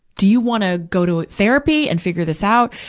do you wanna go to a therapy and figure this out?